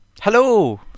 hello